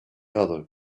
other